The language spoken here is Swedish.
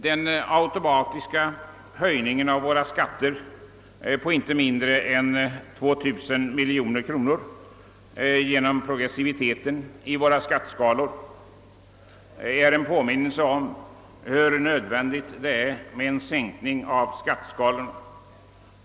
Den automatiska höjningen av våra direkta skatter på inte mindre än 2 000 miljoner kronor genom progressiviteten i skatteskalorna är en påminnelse om hur nödvändigt det är med en sänkning av skattesatserna.